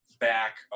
back